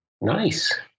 Nice